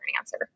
answer